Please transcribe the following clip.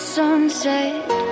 sunset